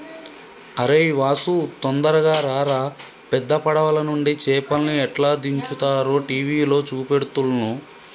అరేయ్ వాసు తొందరగా రారా పెద్ద పడవలనుండి చేపల్ని ఎట్లా దించుతారో టీవీల చూపెడుతుల్ను